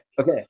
okay